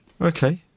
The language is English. Okay